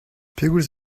pegoulz